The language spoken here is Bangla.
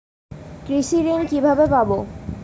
কৃষি ঋন কিভাবে পাব?